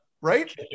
Right